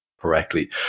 correctly